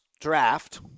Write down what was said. draft